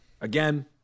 Again